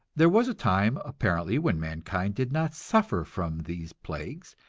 there was a time, apparently, when mankind did not suffer from these plagues,